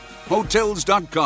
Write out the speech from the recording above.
Hotels.com